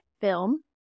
film